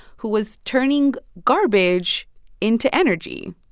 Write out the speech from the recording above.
who was turning garbage into energy.